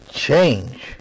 Change